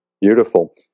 Beautiful